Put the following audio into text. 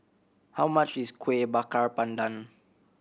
how much is Kuih Bakar Pandan